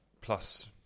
Plus